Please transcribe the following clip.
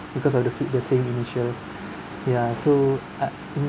because of the fit the same initial ya so uh